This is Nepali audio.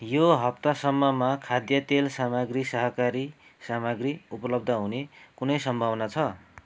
यो हप्तासम्ममा खाद्य तेल सामग्री शाकाहारी सामग्री उपलब्ध हुने कुनै सम्भावना छ